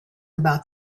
about